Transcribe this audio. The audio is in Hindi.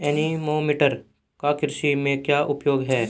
एनीमोमीटर का कृषि में क्या उपयोग है?